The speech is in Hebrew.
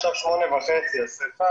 עכשיו השעה 8:30, זו שריפה